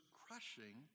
crushing